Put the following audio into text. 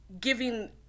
giving